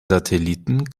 satelliten